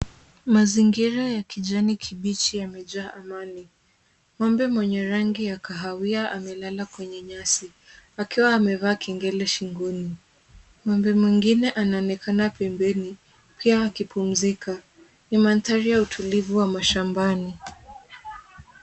Mazingira ya kijani kibichi yamejaa amani. Ng'ombe mwenye rangi ya kahawia amelala kwenye nyasi, akiwa amevaa kengele shingoni. Ng'ombe mwingine anaonekana pembeni pia akipumzika. Ni mandhari ya utulivu wa mashambani.